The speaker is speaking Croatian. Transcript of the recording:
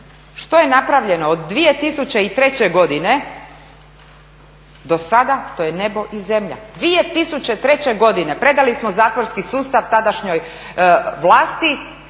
što je napravljeno od 2003. godine dosada to je nebo i zemlja. 2003. godine predali smo zatvorski sustav tadašnjoj vlasti